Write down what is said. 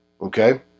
Okay